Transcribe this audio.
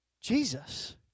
Jesus